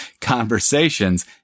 conversations